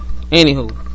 Anywho